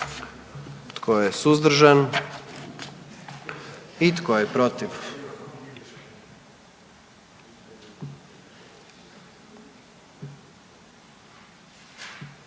Tko je suzdržan? Tko je protiv?